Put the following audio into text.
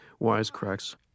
wisecracks